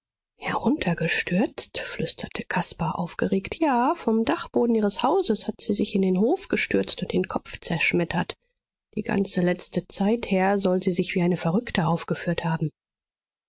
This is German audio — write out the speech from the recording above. heruntergestürzt flüsterte caspar aufgeregt ja vom dachboden ihres hauses hat sie sich in den hof gestürzt und den kopf zerschmettert die ganze letzte zeit her soll sie sich wie eine verrückte aufgeführt haben